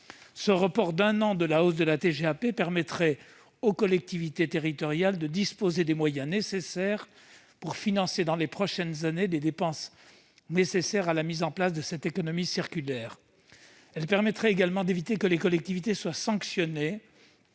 Ce report d'un an de la hausse de la TGAP permettrait aux collectivités territoriales de disposer des moyens nécessaires pour financer dans les prochaines années les dépenses qui s'imposent pour la mise en place de cette économie circulaire. Il permettrait également d'éviter que les collectivités soient sanctionnées